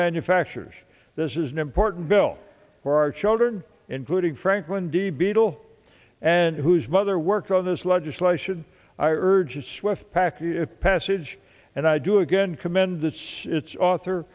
manufacturers this is an important bill for our children including franklin d beetle and whose mother worked on this legislation i urge its westpac passage and i do again commend that sits author